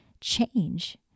change